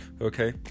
okay